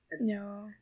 No